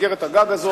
מסגרת הגג הזאת,